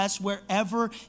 wherever